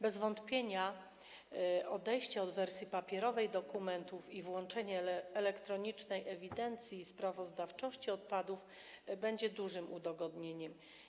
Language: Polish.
Bez wątpienia odejście od wersji papierowej dokumentów i wprowadzenie elektronicznej ewidencji i sprawozdawczości w zakresie odpadów będzie dużym udogodnieniem.